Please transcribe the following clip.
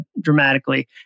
dramatically